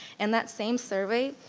and that same survey,